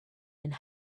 and